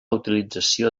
utilització